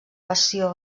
passió